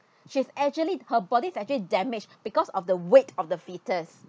she's actually her body actually damaged because of the weight of the fetus